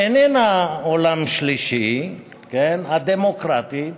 שאיננה עולם שלישי, הדמוקרטית,